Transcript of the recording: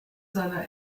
seiner